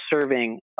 serving